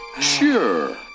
Sure